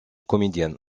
comédienne